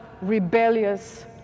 rebellious